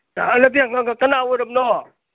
ꯅꯠꯇꯦ ꯀꯅꯥ ꯑꯣꯏꯔꯝꯅꯣ